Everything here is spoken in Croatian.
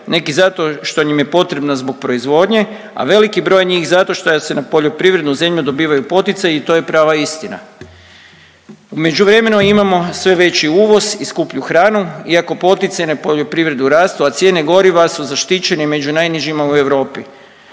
Neki zato što im je potrebna zbog proizvodnje, a veliki broj njih zato što se na poljoprivrednom zemlju dobivaju poticaji i to je prava istina. U međuvremenu imamo sve veći uvoz i skuplju hranu iako poticajne poljoprivrede rastu, a cijene goriva su zaštićene među najnižima u Europi.